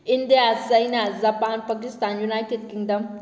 India China Japan Pakistan United kingdom